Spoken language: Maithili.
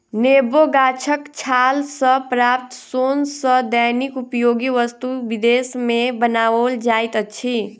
नेबो गाछक छाल सॅ प्राप्त सोन सॅ दैनिक उपयोगी वस्तु विदेश मे बनाओल जाइत अछि